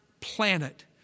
planet